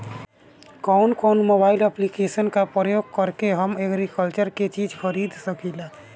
कउन कउन mobile application का प्रयोग करके हम एग्रीकल्चर के चिज खरीद सकिला?